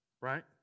right